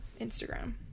Instagram